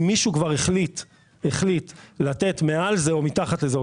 אם מישהו כבר החליט לתת מעל זה או מתחת לזה,